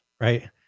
right